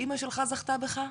אמא שלך זכתה בך,